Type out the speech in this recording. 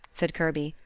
said kirby,